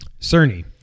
Cerny